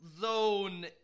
Zone